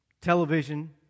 television